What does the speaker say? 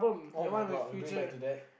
[oh]-my-god we're going back to that